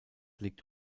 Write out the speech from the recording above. liegt